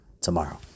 tomorrow